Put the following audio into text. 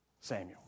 samuel